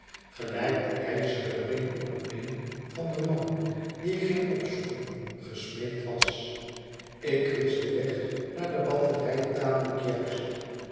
gelijk de ijzeren ring om het been van den man dien ik ging opzoeken gesmeed was ik wist den weg naar de batterij tamelijk juist